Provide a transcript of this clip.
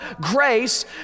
grace